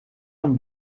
von